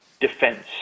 defense